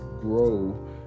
grow